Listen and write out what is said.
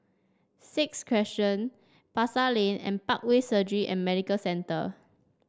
Sixth Crescent Pasar Lane and Parkway Surgery and Medical Centre